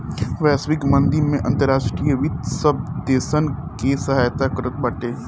वैश्विक मंदी में अंतर्राष्ट्रीय वित्त सब देसन के सहायता करत बाटे